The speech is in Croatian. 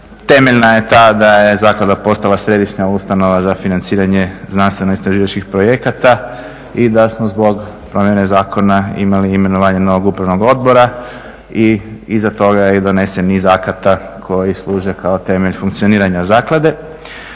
temeljna je ta da je zaklada postala središnja ustanova za financiranje znanstveno istraživačkih projekata i da smo zbog promjene zakona imali imenovanje novog upravnog odbora i iza toga je i donesen iz akata koji služe kao temeljem funkcioniranja zaklade.